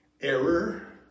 error